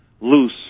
loose